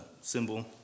symbol